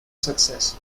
success